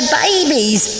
babies